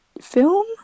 Film